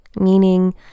Meaning